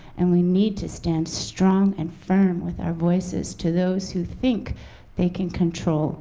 and we need to stand strong and firm with our voices to those who think they can control